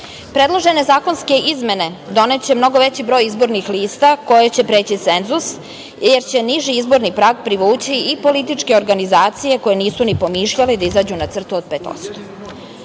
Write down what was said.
predložene zakonske izmene doneće mnogo veći broj izbornih lista, koje će preći cenzus, jer će niži izborni prag privući i političke organizacije koje nisu ni pomišljale da izađu na crtu od 5%.Što